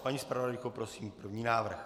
Paní zpravodajko, prosím, první návrh.